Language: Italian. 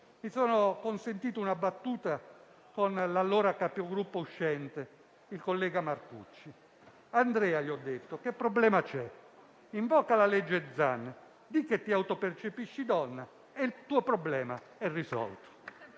mi sono consentito una battuta con l'allora capogruppo uscente, il collega Marcucci. Gli ho detto: «Andrea, che problema c'è? Invoca il disegno di legge Zan, di' che ti autopercepisci donna e il tuo problema è risolto!».